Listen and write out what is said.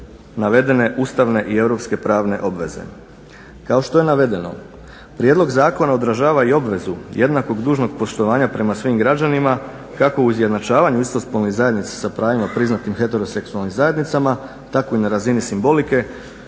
navedene Ustavne i Europske pravne obveze. Kao što je navedeno, prijedlog zakona odražava i obvezu jednakog dužnog poštovanja prema svim građanima kako u izjednačavanju istospolnih zajednica sa pravima priznatim heteroseksualnim zajednicama, tako i na razini simbolike